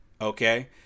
okay